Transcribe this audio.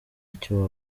icyo